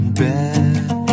bed